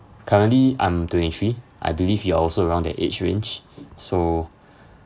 currently I'm twenty three I believe you're also around that age range so